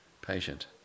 patient